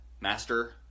master